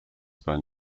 bahn